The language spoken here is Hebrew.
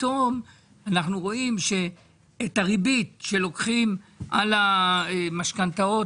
ופתאום אנחנו רואים את הריבית שלוקחים על המשכנתאות,